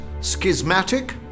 schismatic